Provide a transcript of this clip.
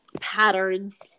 patterns